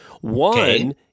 One